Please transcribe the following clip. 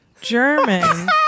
German